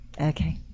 okay